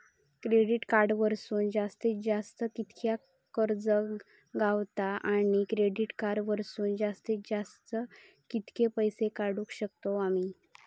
Credit card वरसून जास्तीत जास्त कितक्या कर्ज गावता, आणि डेबिट कार्ड वरसून जास्तीत जास्त कितके पैसे काढुक शकतू आम्ही?